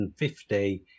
150